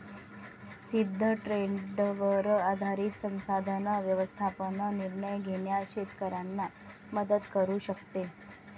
सिद्ध ट्रेंडवर आधारित संसाधन व्यवस्थापन निर्णय घेण्यास शेतकऱ्यांना मदत करू शकते